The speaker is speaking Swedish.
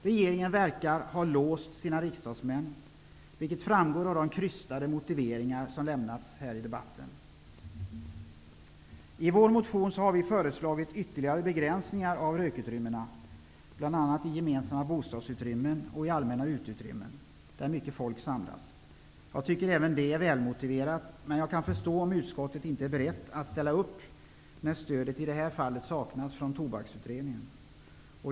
Regeringspartierna verkar ha låst sina riksdagsmän, vilket framgår av de krystade motiveringarna, som lämnats här i debatten. I vår motion har vi föreslagit ytterligare begränsningar av rökutrymmena, bl.a. i gemensamma bostadsutrymmen och i allmänna uteutrymmen, där mycket folk samlas. Jag tycker även att det är välmotiverat, men jag kan förstå om utskottet inte är berett att ställa upp, när stöd i det här fallet saknas från Tobaksutredningen.